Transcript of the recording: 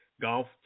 golf